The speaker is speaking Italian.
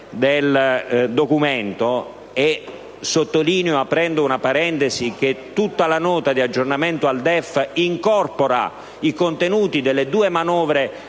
del documento - sottolineo, aprendo una parentesi, che tutta la Nota di aggiornamento del DEF incorpora i contenuti delle due manovre